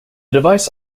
device